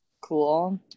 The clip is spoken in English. Cool